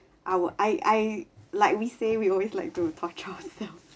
our I I like we say we always like to torture ourselves